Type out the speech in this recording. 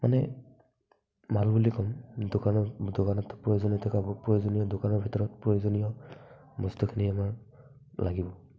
মানে মাল বুলি ক'ম দোকানৰ দোকানত প্ৰয়োজন থকা প্ৰয়োজনীয় দোকানৰ ভিতৰত প্ৰয়োজনীয় বস্তুখিনি আমাৰ লাগিব